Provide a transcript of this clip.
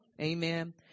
amen